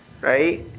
right